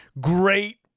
great